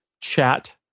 chat